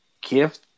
gift